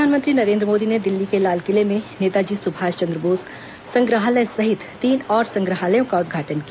प्रधानमंत्री नरेंद्र मोदी ने दिल्ली के लालकिले में नेताजी सुभाष चंद्र बोस संग्रहालय सहित तीन और संग्रहालयों का उद्घाटन किया